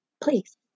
Please